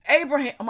Abraham